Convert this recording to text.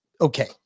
Okay